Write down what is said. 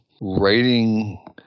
writing